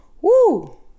Woo